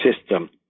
system